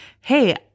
hey